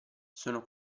sono